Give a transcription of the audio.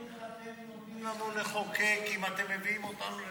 איך אתם אומרים לנו לחוקק אם אתם מביאים אותנו לפה,